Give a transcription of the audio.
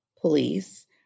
police